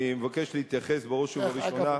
אני מבקש להתייחס בראש ובראשונה,